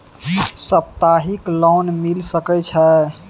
सप्ताहिक लोन मिल सके छै?